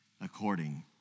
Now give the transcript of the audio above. according